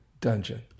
dungeon